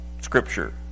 scripture